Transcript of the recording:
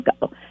go